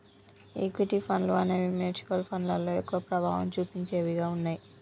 equity ఫండ్లు అనేవి mutual ఫండ్లలో ఎక్కువ ప్రభావం చుపించేవిగా ఉన్నయ్యి